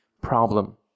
problem